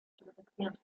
protección